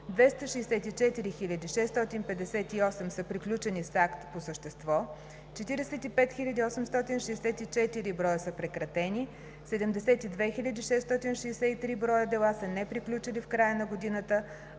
264 658 са приключени с акт по същество, 45 864 броя са прекратени, 72 663 броя дела са неприключили в края на годината,